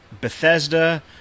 Bethesda